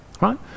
right